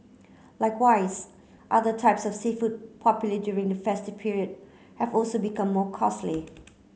likewise other types of seafood popular during the festive period have also become more costly